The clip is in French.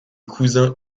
cousins